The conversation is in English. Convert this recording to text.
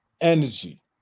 energy